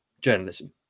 journalism